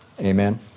Amen